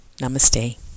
Namaste